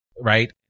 right